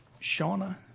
Shauna